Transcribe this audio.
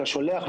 אתה שולח,